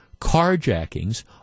carjackings